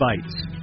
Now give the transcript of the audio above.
bites